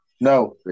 No